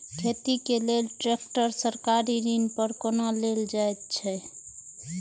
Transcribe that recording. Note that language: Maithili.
खेती के लेल ट्रेक्टर सरकारी ऋण पर कोना लेल जायत छल?